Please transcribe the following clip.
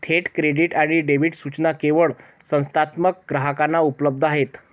थेट क्रेडिट आणि डेबिट सूचना केवळ संस्थात्मक ग्राहकांना उपलब्ध आहेत